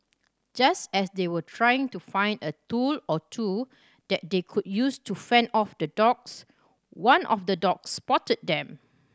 just as they were trying to find a tool or two that they could use to fend off the dogs one of the dogs spotted them